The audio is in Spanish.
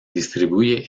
distribuye